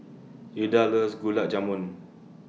Ilda loves Gulab Jamun